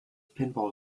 pinball